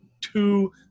two